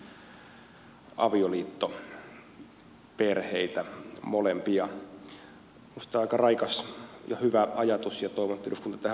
minusta tämä on aika raikas ja hyvä ajatus ja toivon että eduskunta tähän vakavasti suhtautuu